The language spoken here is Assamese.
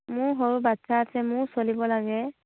মোৰ সৰু বাচ্ছা আছে মোৰো চলিব লাগে